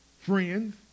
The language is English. friends